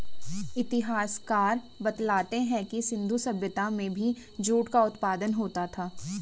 इतिहासकार बतलाते हैं कि सिन्धु सभ्यता में भी जूट का उत्पादन होता था